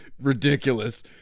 ridiculous